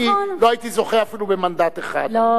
אני לא הייתי זוכה אפילו במנדט אחד.